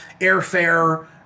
Airfare